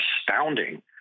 astounding